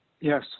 Yes